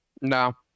No